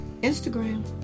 Instagram